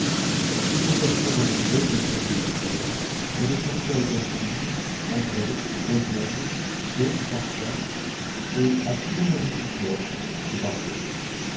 puis le veston retrouvé et les sandwiches prêts j'allais chercher albertine andrée rosemonde d'autres parfois et à pied ou en bicyclette nous partions